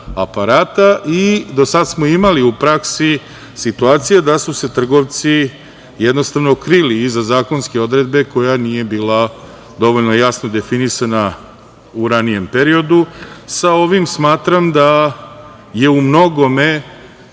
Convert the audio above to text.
aparata i do sada smo imali u praksi situacije da su se trgovci jednostavno krili iza zakonske odredbe koja nije bila dovoljno jasno definisana u ranijem periodu. Sa ovim smatram da je u mnogome